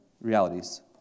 realities